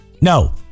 No